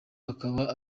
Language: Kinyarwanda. bukaba